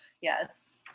yes